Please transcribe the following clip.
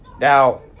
Now